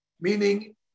meaning